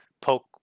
poke